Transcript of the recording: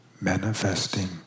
manifesting